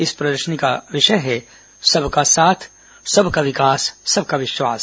इस प्रदर्शनी का विषय है सबका साथ सबका विकास सबका विश्वास